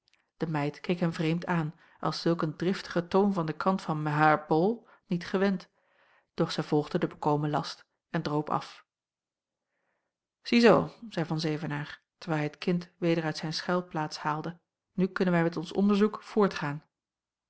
de meid keek hem vreemd aan als zulk een driftigen toon van den kant van mehaier bol niet gewend doch zij volgde den bekomen last en droop af ziezoo zeî van zevenaer terwijl hij het kind weder uit zijn schuilplaats haalde nu kunnen wij met ons onderzoek voortgaan